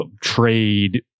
trade